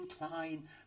incline